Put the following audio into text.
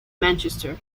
manchester